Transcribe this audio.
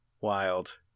Wild